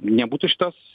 nebūtų šitos